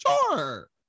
sure